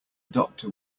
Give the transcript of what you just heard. doctor